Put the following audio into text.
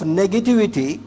negativity